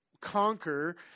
conquer